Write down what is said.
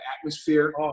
atmosphere